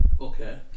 okay